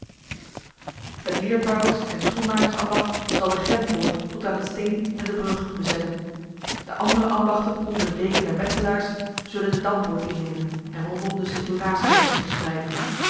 het leertouwers en schoenmakersambacht zal de gentpoort tot aan het steen en de burg bezetten de andere ambachten onder de deken der metselaars zullen de dampoort innemen en rondom de st donaaskerk zich verspreiden